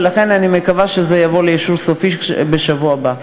ולכן אני מקווה שזה יבוא לאישור סופי בשבוע הבא.